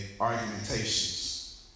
argumentations